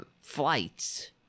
flights